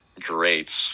Great